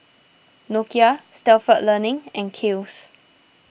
Nokia Stalford Learning and Kiehl's